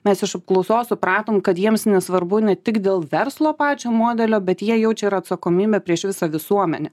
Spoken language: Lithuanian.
mes iš apklausos supratom kad jiems nesvarbu ne tik dėl verslo pačio modelio bet jie jaučia ir atsakomybę prieš visą visuomenę